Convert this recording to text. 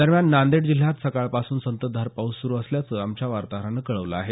दरम्यान नांदेड जिल्ह्यात सकाळपासून संततधार पाऊस सुरू असल्याचं आमच्या वार्ताहरानं कळवलं आहे